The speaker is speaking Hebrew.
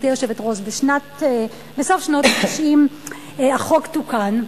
גברתי היושבת-ראש: בסוף שנות ה-90 החוק תוקן.